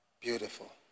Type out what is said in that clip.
beautiful